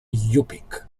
yupik